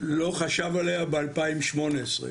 זה תיק שאנחנו נגיש אותו עם בקשה למעצר עד תום ההליכים,